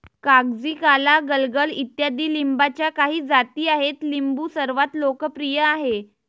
कागजी, काला, गलगल इत्यादी लिंबाच्या काही जाती आहेत लिंबू सर्वात लोकप्रिय आहे